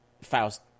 Faust